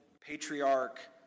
patriarch